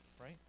right